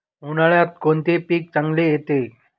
उन्हाळ्यात कोणते पीक चांगले येते?